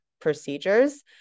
procedures